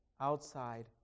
outside